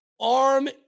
Arm